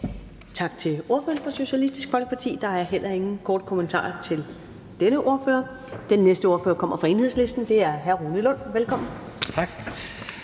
Tak til ordføreren for Socialistisk Folkeparti. Der er heller ingen korte bemærkninger til denne ordfører. Den næste ordfører kommer fra Enhedslisten, og det er hr. Rune Lund. Velkommen.